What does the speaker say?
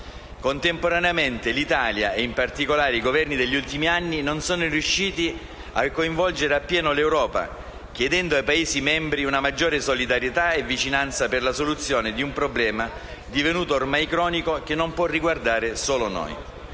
Contemporaneamente l'Italia e, in particolare, i Governi degli ultimi anni non sono riusciti a coinvolgere appieno l'Europa, chiedendo ai Paesi membri una maggiore solidarietà e vicinanza per la soluzione di un problema divenuto ormai cronico, che non può riguardare solo noi.